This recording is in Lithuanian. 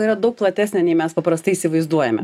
yra daug platesnė nei mes paprastai įsivaizduojame